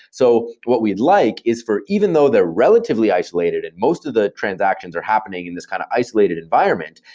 so what we'd like is for even though they're relatively isolated and most of the transactions are happening in this kind of isolated environment,